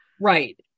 Right